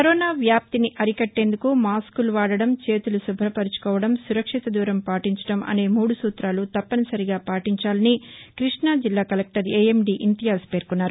corona వ్యాప్తిని అరికట్టేందుకు మాస్కులు వాడడం చేతులు శుభ్రపరచుకోవడం సురక్షిత దూరం పాటించడం అనే మూడు సూతాలు తప్పనిసరిగా పాటించాలని కృష్ణా జిల్లా కలెక్టర్ ఏఎండి ఇంతియాజ్ పేర్కొన్నారు